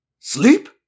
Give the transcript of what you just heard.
Sleep